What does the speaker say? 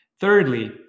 Thirdly